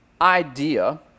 idea